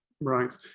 Right